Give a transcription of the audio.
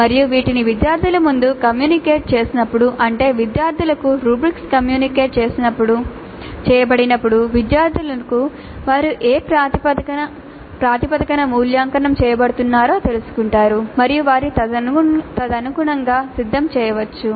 మరియు వీటిని విద్యార్థుల ముందు కమ్యూనికేట్ చేసినప్పుడు అంటే విద్యార్థులకు రుబ్రిక్స్ కమ్యూనికేట్ చేయబడినప్పుడు విద్యార్థులకు వారు ఏ ప్రాతిపదికన మూల్యాంకనం చేయబడుతున్నారో తెలుసుకుంటారు మరియు వారు తదనుగుణంగా సిద్ధం చేయవచ్చు